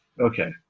Okay